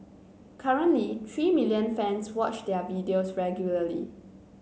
currently three million fans watch their videos regularly